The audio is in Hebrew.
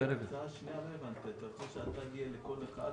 אתה רוצה שהתג יהיה לכל אחד?